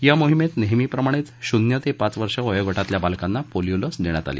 या मोहिमेत नेहमीप्रमाणेच शून्य ते पाच वर्ष वयोगटातल्या बालकांना पोलिओ लस देण्यात आली